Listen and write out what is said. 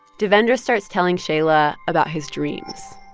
devendra starts telling shaila about his dreams